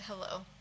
hello